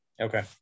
Okay